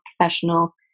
professional